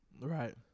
Right